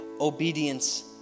Obedience